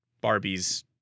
Barbie's